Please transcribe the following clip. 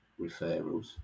referrals